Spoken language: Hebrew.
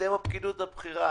אתם הפקידות הבכירה.